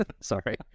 Sorry